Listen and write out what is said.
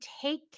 take